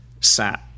sat